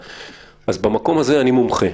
במקום הזה אני מומחה.